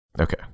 Okay